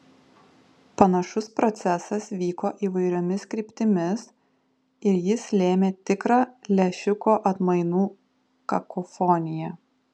panašus procesas vyko įvairiomis kryptimis ir jis lėmė tikrą lęšiuko atmainų kakofoniją